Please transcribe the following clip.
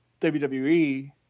WWE